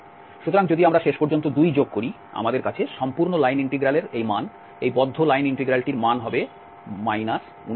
সুতরাং যদি আমরা শেষ পর্যন্ত 2 যোগ করি আমাদের কাছে সম্পূর্ণ লাইন ইন্টিগ্রাল এর এই মান এই বদ্ধ লাইন ইন্টিগ্রাল এর মানটি হবে 4930